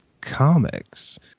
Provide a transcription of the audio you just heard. comics